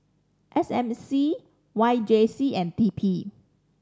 S M C Y J C and T P